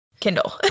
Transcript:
Kindle